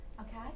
Okay